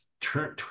turn